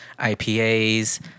IPAs